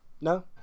No